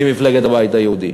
ממפלגת הבית היהודי,